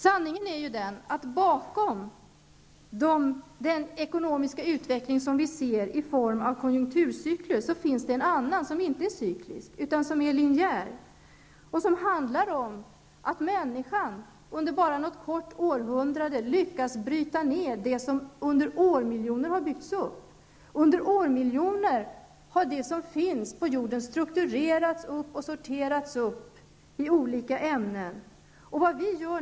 Sanningen är att bakom den ekonomiska utveckling som vi ser i form av konjunkturcykler finns en annan som inte är cyklisk utan som är linjär. Den handlar om att människan under bara några korta århundraden lyckats bryta ned det som har byggt upp under årmiljoner. Under årmiljoner har det som finns på jorden strukturerats och sorterats upp i olika ämnen.